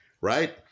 right